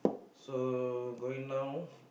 so going down